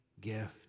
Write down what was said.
gift